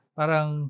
parang